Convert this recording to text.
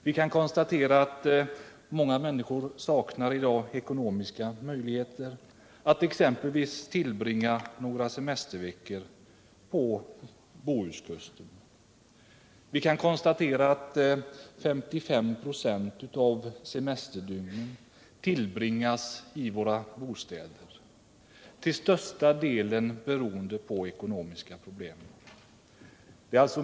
Vi kan konstatera att många människor i dag saknar ekonomiska möjligheter att exempelvis tillbringa några semesterveckor på Bohuskusten. Vi kan konstatera att 55 26 av semesterdygnen tillbringas i våra bostäder till största delen beroende på ekonomiska problem.